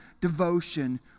devotion